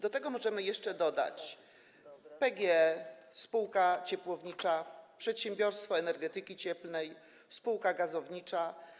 Do tego możemy jeszcze dodać PGE, spółkę ciepłowniczą, Przedsiębiorstwo Energetyki Cieplnej, spółkę gazowniczą.